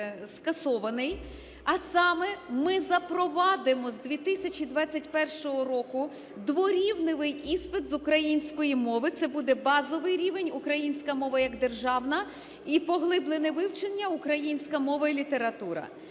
а саме: ми запровадимо з 2021 року дворівневий іспит з української мови. Це буде базовий рівень – українська мова як державна і поглиблене вивчення - українська мова і література.